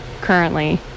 currently